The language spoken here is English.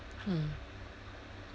hmm